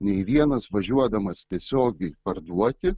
nei vienas važiuodamas tiesiogiai parduoti